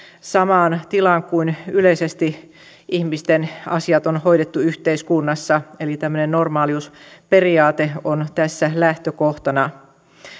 samaan tilaan kuin yleisesti ihmisten asiat on on hoidettu yhteiskunnassa eli tämmöinen normaaliusperiaate on tässä lähtökohtana